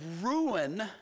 ruin